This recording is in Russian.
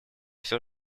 все